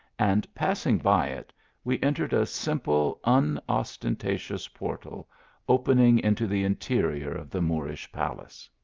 and passing by it we entered a simple unostentatious portal opening into the interior of the moorish palace.